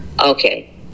Okay